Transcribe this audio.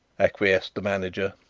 acquiesced the manager.